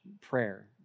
prayer